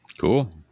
Cool